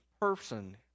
person